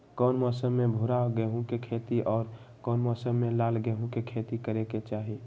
कौन मौसम में भूरा गेहूं के खेती और कौन मौसम मे लाल गेंहू के खेती करे के चाहि?